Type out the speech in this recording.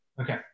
Okay